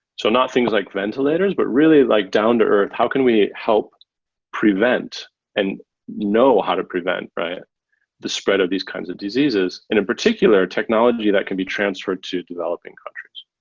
so not things like ventilators, but really like down to earth, how can we help prevent and know how to prevent the spread of these kinds of diseases? in particular technology, that can be transferred to developing countries.